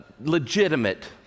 legitimate